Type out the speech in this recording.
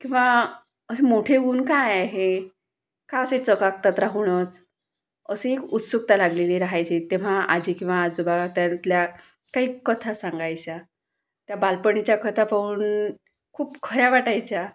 किंवा असे मोठे उन काय आहे का असे चकाकतात राहूनच अशी एक उत्सुकता लागलेली रहायची तेव्हा आजी किंवा आजोबा त्यातल्या काही कथा सांगायच्या त्या बालपणीच्या कथा पाहून खूप खऱ्या वाटायच्या